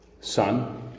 Son